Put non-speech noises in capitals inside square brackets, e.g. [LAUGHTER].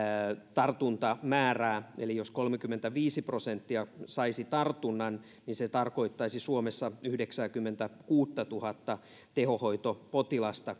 tartuntamäärää eli jos kolmekymmentäviisi prosenttia saisi tartunnan niin se tarkoittaisi suomessa yhdeksääkymmentäkuuttatuhatta tehohoitopotilasta [UNINTELLIGIBLE]